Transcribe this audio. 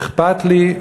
אכפת לי,